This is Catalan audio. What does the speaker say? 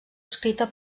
escrita